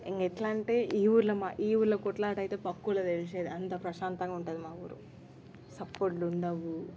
ఇంకా ఎట్లా అంటే ఈ ఊళ్ళో మా ఈ ఊళ్ళో కొట్లాట అయితే ప్రక్క ఊళ్ళో తెలిసేది అంత ప్రశాంతంగా ఉంటుంది మా ఊరు చప్పుళ్ళు ఉండవు